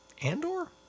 and/or